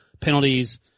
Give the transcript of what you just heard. penalties